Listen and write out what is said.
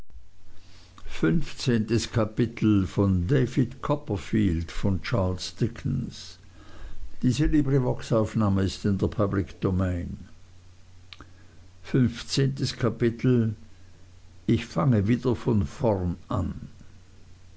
fünfzehntes kapitel ich fange wieder von vorn an